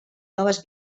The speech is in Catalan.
noves